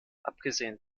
abgesehen